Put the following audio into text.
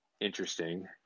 interesting